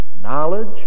Knowledge